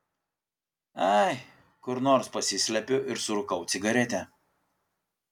ai kur nors pasislepiu ir surūkau cigaretę